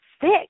six